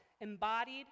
embodied